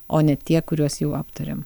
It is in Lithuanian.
o ne tie kuriuos jau aptarėm